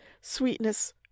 sweetness